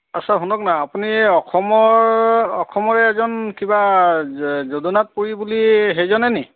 আচ্ছা শুনক না আপুনি অসমৰ অসমৰ এজন কিবা জগন্নাথপুৰি বুলি সেইজনেনি